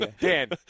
Dan